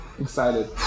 Excited